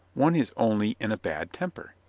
one is only in a bad temper.